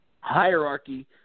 hierarchy